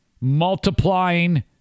multiplying